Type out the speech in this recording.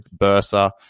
bursa